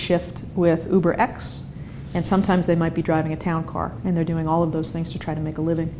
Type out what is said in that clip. shift with her ex and sometimes they might be driving a town car and they're doing all of those things to try to make a living